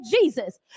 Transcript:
Jesus